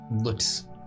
looks